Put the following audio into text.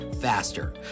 faster